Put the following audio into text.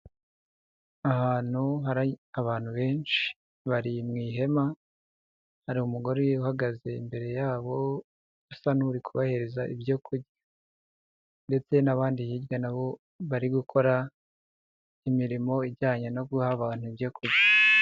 Ahantu hari abantu benshi bari mu ihema, hari umugore uhagaze imbere yabo asa n'uri kubahiriza ibyo kurya ndetse n'abandi hirya na bo bari gukora imirimo ijyanye no guha abantu ibyo kurya.